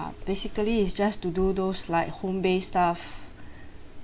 basically is just to do those like home based stuff